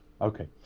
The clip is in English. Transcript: Okay